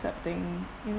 accepting you know